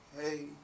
hey